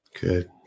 Good